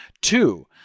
Two